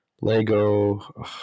Lego